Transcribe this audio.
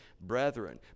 brethren